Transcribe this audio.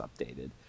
updated